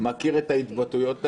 מכיר את ההתבטאויות האלה,